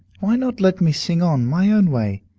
why not let me sing on, my own way?